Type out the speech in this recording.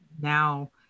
now